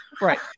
Right